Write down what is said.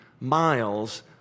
miles